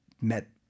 met